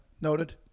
Noted